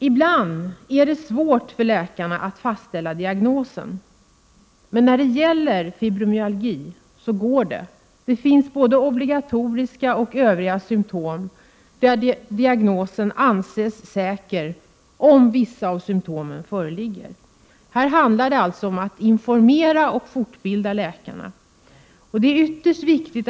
Självfallet är det svårt för läkare att kunna ställa rätt diagnos när symptomen inte är tydliga och vanliga. Men att ta patienten på allvar är mycket viktigt.